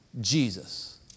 Jesus